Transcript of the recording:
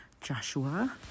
Joshua